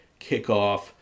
kickoff